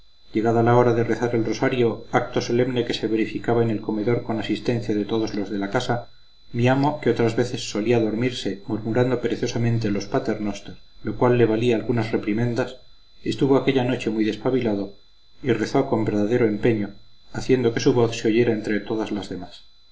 gruñir llegada la hora de rezar el rosario acto solemne que se verificaba en el comedor con asistencia de todos los de la casa mi amo que otras veces solía dormirse murmurando perezosamente los pater noster lo cual le valía algunas reprimendas estuvo aquella noche muy despabilado y rezó con verdadero empeño haciendo que su voz se oyera entre todas las demás